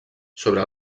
sobre